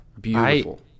beautiful